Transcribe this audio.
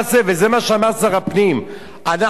אנחנו נפסיק לדבר ולפטפט.